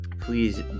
please